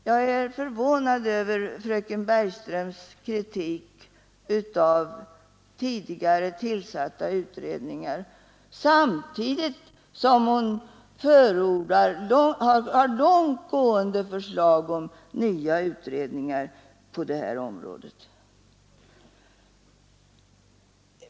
Jag är förvånad över fröken Bergströms kritik av tidigare tillsatta utredningar samtidigt som hon har långt gående förslag om nya utredningar på det här området.